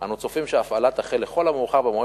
אנו צופים שההפעלה תחל לכל המאוחר במועד